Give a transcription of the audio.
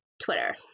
Twitter